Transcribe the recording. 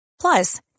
Plus